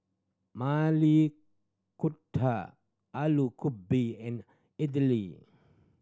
Maili Kofta Alu Gobi and Idili